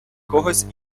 когось